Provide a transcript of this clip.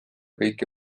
kõike